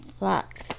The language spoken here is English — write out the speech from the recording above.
Lots